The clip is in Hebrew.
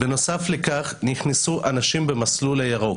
בנוסף לכך נכנסו אנשים במסלול הירוק,